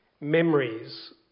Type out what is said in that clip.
memories